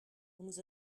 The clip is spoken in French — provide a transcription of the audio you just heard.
nous